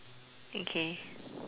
okay